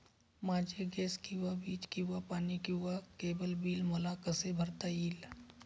माझे गॅस किंवा वीज किंवा पाणी किंवा केबल बिल मला कसे भरता येईल?